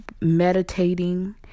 meditating